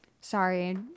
Sorry